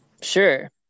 Sure